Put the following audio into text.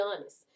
honest